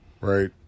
right